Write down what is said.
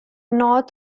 north